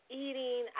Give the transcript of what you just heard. eating